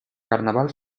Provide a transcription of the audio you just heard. carnaval